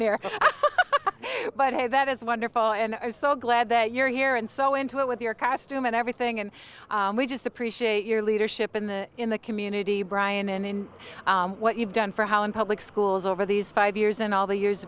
there but hey that is wonderful and i was so glad that you're here and so into it with your cast room and everything and we just appreciate your leadership in the in the community brian and in what you've done for how in public schools over these five years and all the years